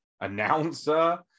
announcer